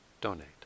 donate